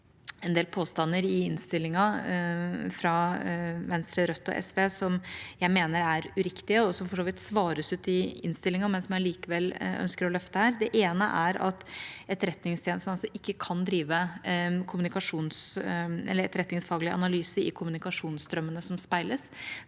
en del påstander i innstillingen fra Venstre, Rødt og SV som jeg mener er uriktige, og som for så vidt svares ut i innstillingen, men som jeg likevel ønsker å løfte her. Det ene er at Etterretningstjenesten kan ikke drive etterretningsfaglig analyse i kommunikasjonsstrømmene som speiles;